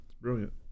Brilliant